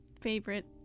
favorite